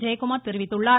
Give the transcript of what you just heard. ஜெயக்குமார் தெரிவித்துள்ளார்